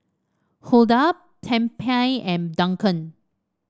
Hulda Tempie and Duncan